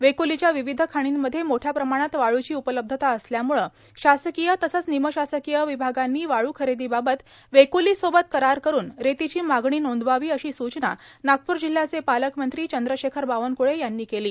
वेकोलिच्या विविध खाणीमध्ये मोठ्याप्रमाणात वाळूची उपलब्धता असल्यामुळं शासकीय तसंच निमशासकीय विभागानं वाळू खरेदीबाबत वेकोलिसोबत करार करुन रेतीची मागणी नोंदवावीए अशी सूचना नागपूर जिल्ह्याचे पालकमंत्री चंद्रशेखर बावनकळे यांनी केली